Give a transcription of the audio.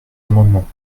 amendements